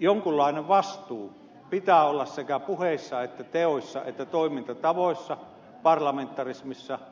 jonkunlaisen vastuun pitää olla sekä puheissa että teoissa ja toimintatavoissa parlamentarismissa